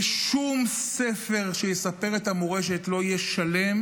ושום ספר שיספר את המורשת לא יהיה שלם